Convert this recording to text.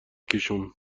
کشوند